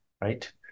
right